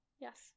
Yes